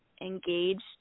engaged